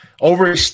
Over